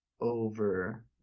over